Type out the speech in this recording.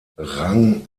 rang